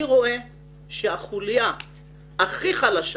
אני רואה שהחוליה הכי חלשה